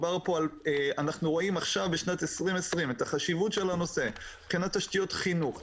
אנחנו רואים בשנת 2020 את החשיבות של הנושא מבחינת תשתיות חינוך,